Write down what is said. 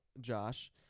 Josh